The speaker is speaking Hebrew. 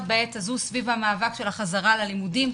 בעת הזו סביב המאבק של החזרה ללימודים,